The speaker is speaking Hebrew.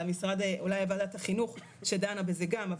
אלא אולי לוועדת החינוך שדנה בזה גם,